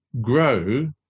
grow